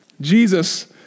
Jesus